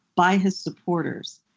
by his supporters.